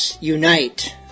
Unite